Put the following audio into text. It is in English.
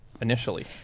initially